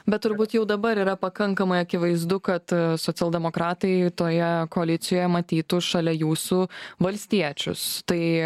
bet turbūt jau dabar yra pakankamai akivaizdu kad socialdemokratai toje koalicijoje matytų šalia jūsų valstiečius tai